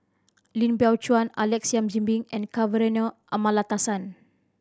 Lim Biow Chuan Alex Yam Ziming and Kavignareru Amallathasan